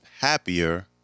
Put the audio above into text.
happier